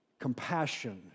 compassion